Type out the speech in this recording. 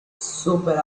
super